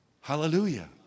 Hallelujah